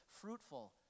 fruitful